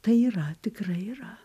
tai yra tikrai yra